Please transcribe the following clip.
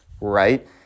right